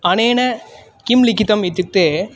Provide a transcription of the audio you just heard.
अनेन किं लिखितम् इत्युक्ते